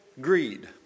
Greed